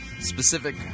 specific